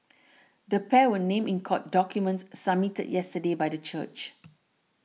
the pair were named in court documents submitted yesterday by the church